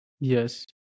yes